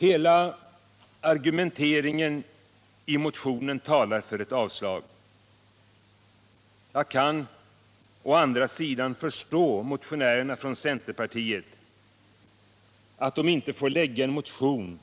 Hela argumenteringen i motionen talar för ett avslag. Jag kan å andra sidan förstå att de fyra motionärerna från centerpartiet inte får lägga en motion